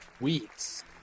weeks